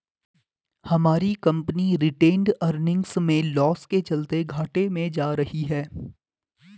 हमारी company retained earnings में loss के चलते घाटे में जा रही है